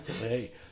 Hey